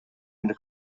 into